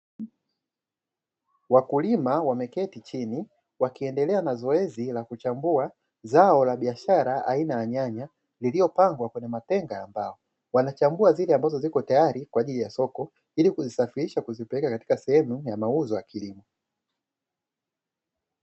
Wakulima wameketi chini wakiendelea na zoezi la kuchambua zao la biashara aina ya nyanya, liliyopangwa kwenye matenga ya mbao. Wanachambua zile ambazo ziko tayari kwaajili ya soko ili kuzisafirisha kuzipeleka katika sehemu ya mauzo ya kilimo.